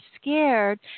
scared